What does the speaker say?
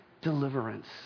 deliverance